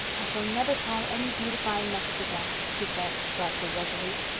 i shall never try any beautifying messes again, she said, darkly resolute.